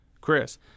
chris